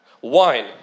Wine